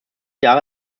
jahre